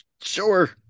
Sure